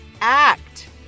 act